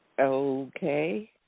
Okay